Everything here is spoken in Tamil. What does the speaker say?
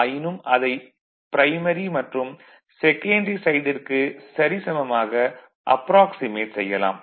ஆயினும் அதனை ப்ரைமரி மற்றும் செகன்டரி சைடிற்கு சரிசமமாக அப்ராக்சிமேட் செய்யலாம்